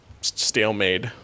stalemate